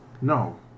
No